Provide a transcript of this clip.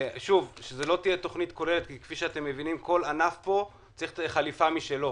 שזו לא תהיה תכנית כוללת כי לכל ענף צריכה להיות חליפה משלו.